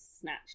snatched